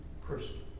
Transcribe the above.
Christian